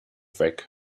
weg